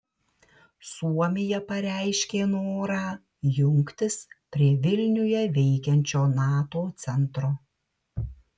suomija pareiškė norą jungtis prie vilniuje veikiančio nato centro